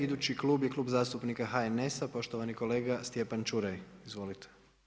Idući klub je Klub zastupnika HNS-a poštovani kolega Stjepan Čuraj, izvolite.